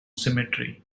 cemetery